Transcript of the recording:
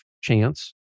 chance